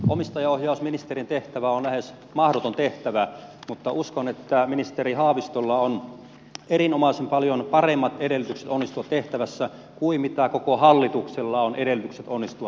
omistajaohjausministerin tehtävä on lähes mahdoton tehtävä mutta uskon että ministeri haavistolla on erinomaisen paljon paremmat edellytykset onnistua tehtävässä kuin koko hallituksella on edellytykset onnistua tehtävässään